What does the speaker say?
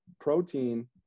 protein